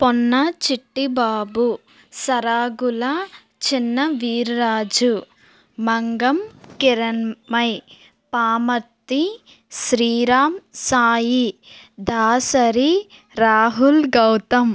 Ponna Chitti Babu Saragula Chinna Veerraju Mangam Kiranmai Pamarthi Sriram Sai Dasari Rahul Gautam